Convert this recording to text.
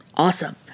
Awesome